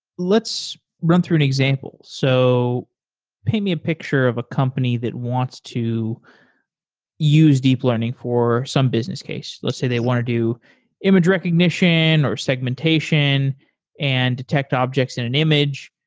let's run through an example. so paint me a picture of a company that wants to use deep learning for some business case. let's say they want to do image recognition or segmentation and detect objects in an image.